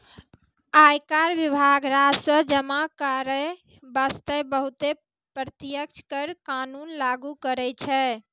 आयकर विभाग राजस्व जमा करै बासतें बहुते प्रत्यक्ष कर कानून लागु करै छै